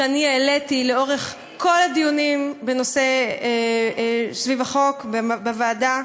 והעליתי אותם לאורך כל הדיונים סביב החוק בוועדה.